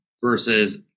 versus